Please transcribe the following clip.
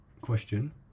question